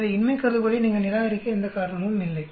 எனவே இன்மை கருதுகோளை நீங்கள் நிராகரிக்க எந்த காரணமும் இல்லை